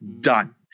done